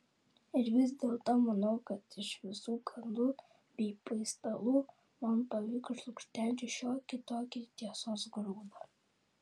ir vis dėlto manau kad iš visų gandų bei paistalų man pavyko išlukštenti šiokį tokį tiesos grūdą